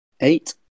eight